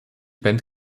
band